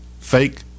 fake